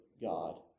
God